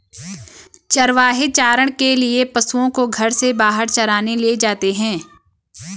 चरवाहे चारण के लिए पशुओं को घर से बाहर चराने ले जाते हैं